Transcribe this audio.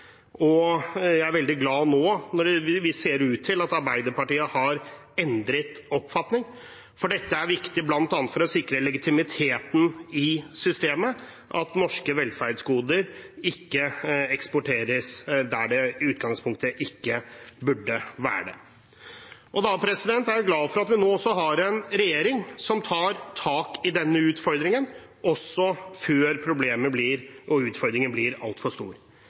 Jeg er veldig glad for at det nå ser ut til at Arbeiderpartiet har endret oppfatning, for det er viktig, bl.a. for å sikre legitimiteten i systemet, at norske velferdsgoder ikke eksporteres dit de i utgangspunktet ikke burde være. Jeg er glad for at vi nå har en regjering som tar tak i denne utfordringen – også før utfordringen blir altfor stor.